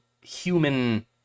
human